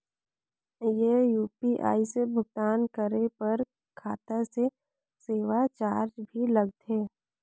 ये यू.पी.आई से भुगतान करे पर खाता से सेवा चार्ज भी लगथे?